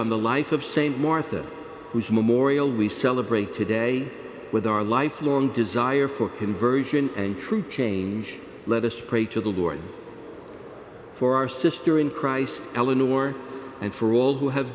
on the life of saint martha whose memorial we celebrate today with our lifelong desire for conversion and true change let us pray to the lord for our sister in christ eleanor and for all who have